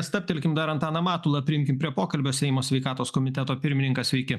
stabtelkim dar antaną matulą prijunkim prie pokalbio seimo sveikatos komiteto pirmininkas sveiki